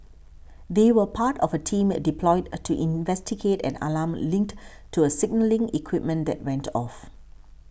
they were part of a team deployed to investigate an alarm linked to a signalling equipment that went off